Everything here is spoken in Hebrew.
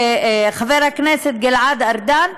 חבר הכנסת גלעד ארדן,